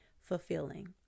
fulfilling